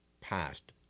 passed